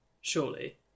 surely